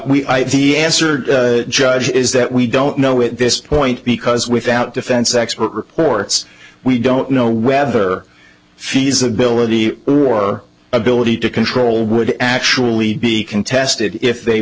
the answered judge is that we don't know at this point because without defense expert reports we don't know whether feasibility or ability to control would actually be contested if they